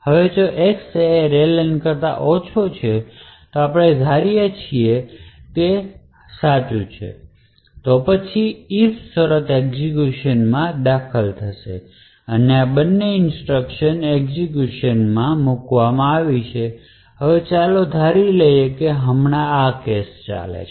હવે જો હવે X એ array len કરતા ઓછા છે આપણે ધારીએ છીએ કે તે હમણાં સાચું છે તો પછી if શરત એક્ઝેક્યુશન માં દાખલ થશે અને આ બંને ઇન્સટ્રકશન એક્ઝેક્યુશન માં મૂકવામાં આવી છે અને હવે ચાલો ધારી લઈએ કે હમણાં આ કેસ છે